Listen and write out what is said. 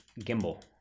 gimbal